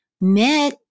met